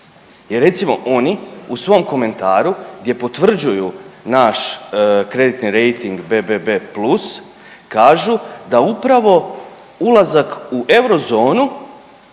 i recimo oni u svom komentaru gdje potvrđuju naš kreditni rejting BBB+ kažu da upravo ulazak u eurozonu